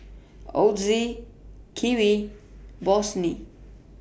Ozi Kiwi Bossini